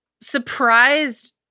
surprised